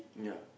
yeah